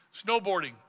snowboarding